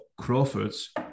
Crawford's